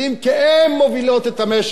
כי הן מובילות את המשק.